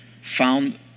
found